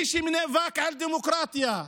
מי שנאבק על דמוקרטיה,